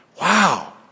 Wow